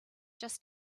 just